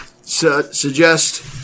suggest